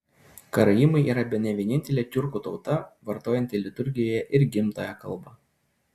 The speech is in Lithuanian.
karaimai yra bene vienintelė tiurkų tauta vartojanti liturgijoje ir gimtąją kalbą